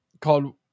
called